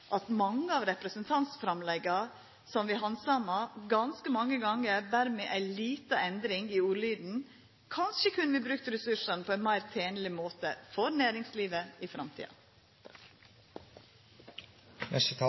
at mange av representantframlegga er handsama ganske mange gonger, berre med ei lita endring i ordlyden. Kanskje kunne vi brukt ressursane på ein meir tenleg måte for næringslivet i framtida.